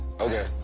Okay